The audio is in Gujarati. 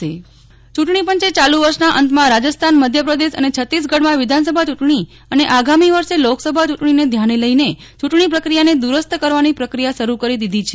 નેહ્લ ઠક્કર ચુંટણીપંચ યુંટણીપંચએ ચાલુ વર્ષના અંતમાં રાજસ્થાન મધ્યપ્રદેશ અને છત્તીસગઢમાં વિધાનસભા ચુંટણી અને આગામી વર્ષે લોકસભા ચુંટણીને ધ્યાનમાં લઈને ચુંટણી પ્રક્રિયાને દુરસ્ત કરવાની પ્રકિયા શરૂ કરી દીધી છે